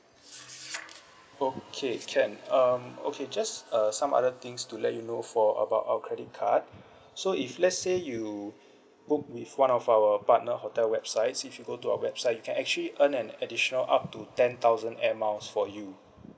okay can um okay just uh some other things to let you know for about our credit card so if let's say you book with one of our partner hotel websites if you go to our website you can actually earn an additional up to ten thousand air miles for you